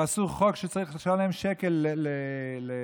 ועשו חוק שצריך לשלם שקל על שקית.